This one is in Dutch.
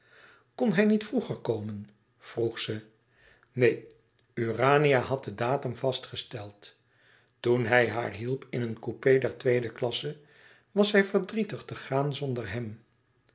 kon hij niet vroeger komen vroeg ze neen urania had den datum vastgesteld toen hij haar hielp in een coupé der tweede klasse was zij verdrietig te gaan zonder hem